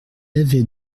avait